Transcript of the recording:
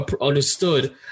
understood